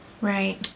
Right